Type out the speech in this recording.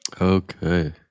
Okay